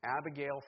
Abigail